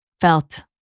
felt